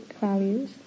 values